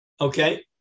Okay